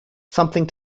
something